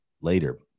later